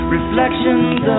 Reflections